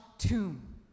tomb